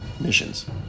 missions